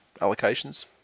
allocations